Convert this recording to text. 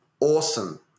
awesome